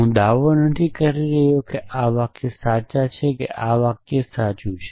હું દાવો કરી રહ્યો નથી કે આ વાક્યો સાચા છે કે આ વાક્ય સાચું છે